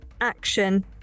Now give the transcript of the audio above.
action